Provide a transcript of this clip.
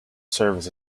service